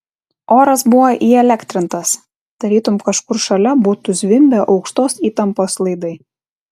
oras buvo įelektrintas tarytum kažkur šalia būtų zvimbę aukštos įtampos laidai